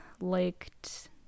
liked